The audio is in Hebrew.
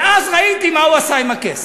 ואז ראיתי מה הוא עשה עם הכסף: